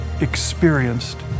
experienced